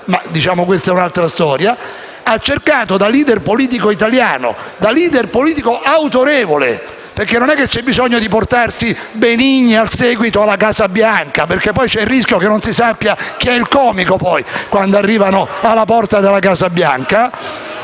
ma questa è un'altra storia - ha cercato di comportarsi da *leader* politico italiano, da *leader* politico autorevole, perché non c'è bisogno di portarsi Benigni al seguito alla Casa Bianca perché poi c'è il rischio che non si sappia chi è il comico una volta arrivati alla porta della Casa Bianca!